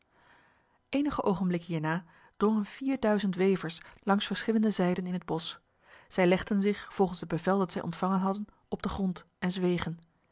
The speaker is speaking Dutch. enige ogenblikken hierna drongen vierduizend wevers langs verschillende zijden in het bos zij legden zich volgens het bevel dat zij ontvangen hadden op de grond en zwegen